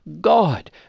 God